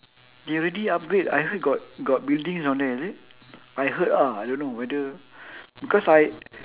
they already upgrade I heard got got buildings down there is it I heard ah I don't know whether because I